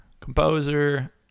composer